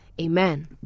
amen